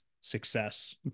success